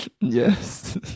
Yes